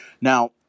Now